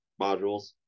modules